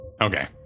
Okay